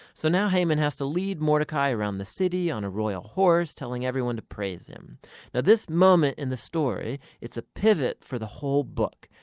so now haman has to lead mordecai around the city on a royal horse telling everyone to praise him. now this moment in the story, it's a pivot for the whole book.